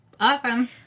awesome